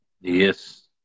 Yes